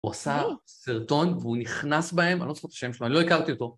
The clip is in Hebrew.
הוא עושה סרטון והוא נכנס בהם, אני לא זוכר את השם שלו, אני לא הכרתי אותו.